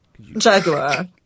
Jaguar